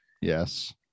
Yes